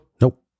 Nope